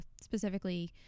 specifically